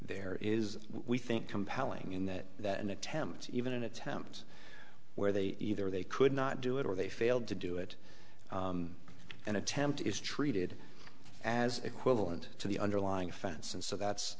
there is we think compelling in that that an attempt even an attempt where they either they could not do it or they failed to do it and attempt is treated as equivalent to the underlying offense and so that's